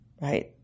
right